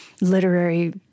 literary